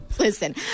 Listen